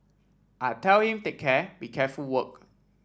I tell him take care be careful work